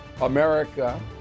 America